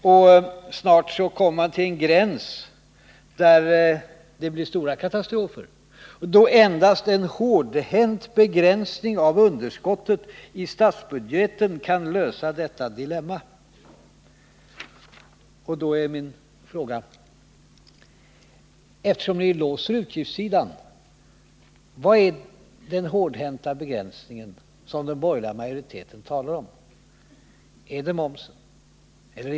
Snart kommer man, heter det, till en gräns som det kan innebära stora katastrofer att överskrida, en situation där endast en hårdhänt begränsning av underskottet i statsbudgeten kan lösa detta dilemma. Då blir min fråga: Vilken är den hårdhänta begränsning som den borgerliga majoriteten talar om, då den nu låser på utgiftssidan?